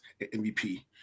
MVP